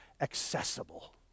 accessible